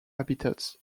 habitats